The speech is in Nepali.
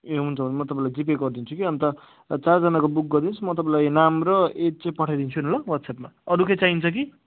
ए हुन्छ हुन्छ म तपाईँलाई जिपे गरिदिन्छु कि अन्त चारजनाको बुक गरिदिनु होस् म तपाईँलाई नाम र एज चाहिँ पठाइदिन्छु नि ल वाट्सएपमा अरू केही चाहिन्छ कि